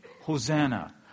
Hosanna